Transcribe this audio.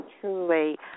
truly